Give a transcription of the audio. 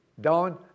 down